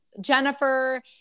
Jennifer